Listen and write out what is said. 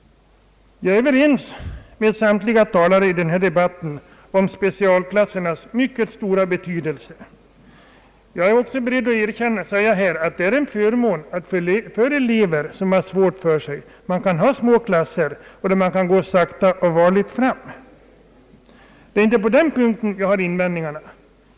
Jag är överens med samtliga talare i den här debatten om specialklassernas mycket stora betydelse. Jag är också beredd att erkänna att det är en förmån för elever, som har svårt för sig, att gå i små klasser, där man kan gå sakta och varligt fram. Det är inte på den punkten vi har invändningar.